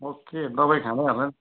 okay दबाई खाँदै होला